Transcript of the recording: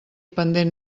pendent